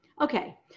Okay